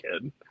kid